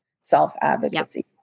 self-advocacy